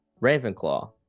Ravenclaw